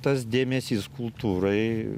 tas dėmesys kultūrai